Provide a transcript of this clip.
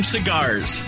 Cigars